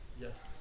yes